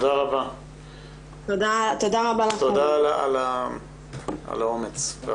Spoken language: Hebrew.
על האומץ והכוח.